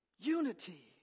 Unity